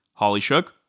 hollyshook